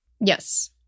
Yes